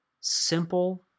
simple